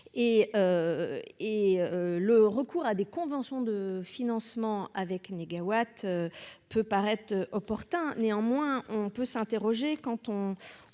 Le recours à des conventions de financement avec négaWatt peut paraître opportun. Néanmoins, on peut s'interroger quand on